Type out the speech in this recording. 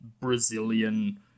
Brazilian